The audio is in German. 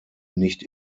nicht